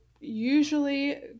usually